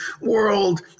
world